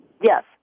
yes